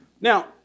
Now